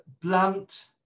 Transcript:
blunt